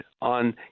on